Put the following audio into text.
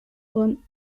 con